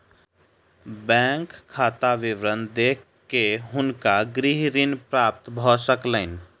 bank खाता विवरण देख के हुनका गृह ऋण प्राप्त भ सकलैन